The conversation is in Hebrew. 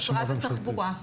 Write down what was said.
משרד התחבורה.